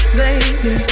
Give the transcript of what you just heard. baby